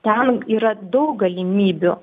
ten yra daug galimybių